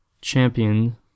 champion